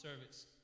service